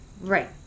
Right